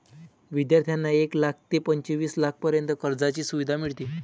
विद्यार्थ्यांना एक लाख ते पंचवीस लाखांपर्यंत कर्जाची सुविधा मिळते